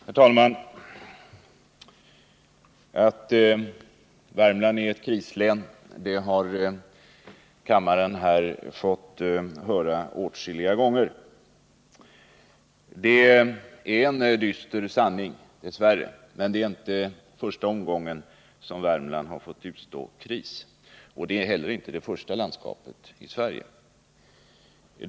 Herr talman! Att Värmland är ett krislän har kammaren fått höra åtskilliga gånger, och att det förhåller sig så är dess värre en dyster sanning. Det är inte första gången som Värmland har drabbats av kris, och Värmland är heller inte det enda landskapet i Sverige som gjort det.